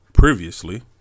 Previously